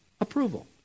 approval